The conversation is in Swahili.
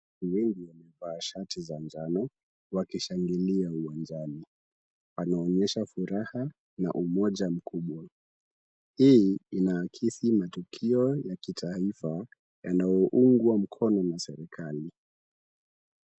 Watu wengi wamevaa shati za njano wakishangilia uwanjani. Wanaonyesha furaha na umoja mkubwa. Hii inaakisi matukio ya kitaifa yanayoungwa mkono na serikali.